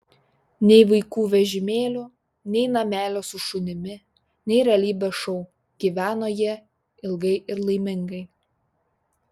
nei vaikų vežimėlių nei namelio su šunimi nei realybės šou gyveno jie ilgai ir laimingai